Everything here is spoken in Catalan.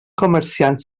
comerciant